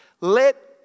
Let